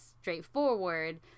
straightforward